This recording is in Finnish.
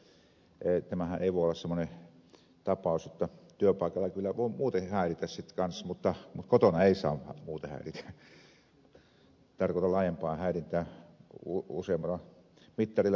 se on hyvä ajatus koska tämähän ei voi olla semmoinen tapaus että työpaikalla kyllä voi muuten häiritä sitten kanssa mutta kotona ei saa muuten häiritä tarkoitan laajempaa häirintää useammalla mittarilla mitattuna kuin tämä tekstiviesti